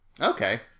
Okay